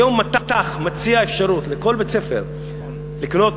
היום מט"ח מציע אפשרות לכל בית-ספר לקנות